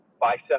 bicep